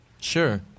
Sure